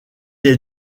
est